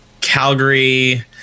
Calgary